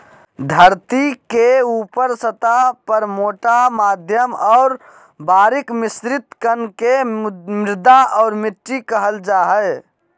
धरतीके ऊपरी सतह पर मोटा मध्यम और बारीक मिश्रित कण के मृदा और मिट्टी कहल जा हइ